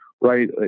right